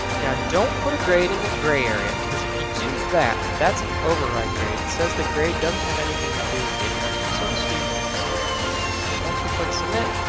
now don't put a grade in the gray area because if you do that that's an override grade. it says the grade doesn't have anything to do with the attempt and so the student won't see your annotations. but once we click submit,